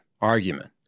argument